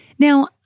Now